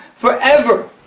forever